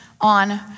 on